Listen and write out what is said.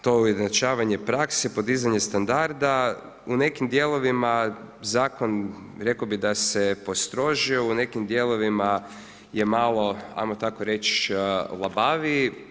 To ujednačavanje prakse, podizanje standarda na nekim dijelovima zakon rekao bi da se postrožio, u nekim dijelovima, je malo, ajmo tako reći, labaviji.